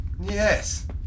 Yes